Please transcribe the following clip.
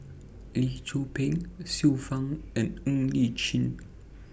Lee Tzu Pheng Xiu Fang and Ng Li Chin